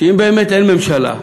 שאם באמת אין ממשלה,